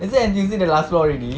isn't N_T_U_C the last floor already